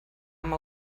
amb